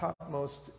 topmost